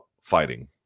fighting